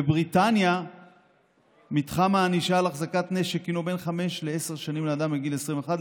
בבריטניה מתחם הענישה על החזקת נשק הוא 5 10 שנים לאדם מגיל 21,